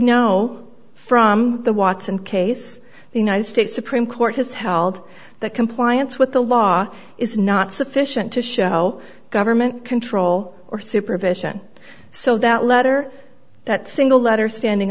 know from the watson case the united states supreme court has held that compliance with the law is not sufficient to show government control or supervision so that letter that single letter standing